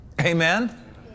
Amen